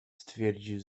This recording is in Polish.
stwierdził